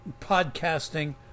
podcasting